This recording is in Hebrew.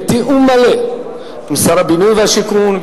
בתיאום מלא עם שר הבינוי והשיכון,